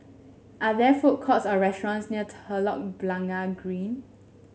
are there food courts or restaurants near Telok Blangah Green